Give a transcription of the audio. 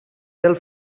del